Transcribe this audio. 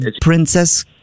princess